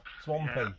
swampy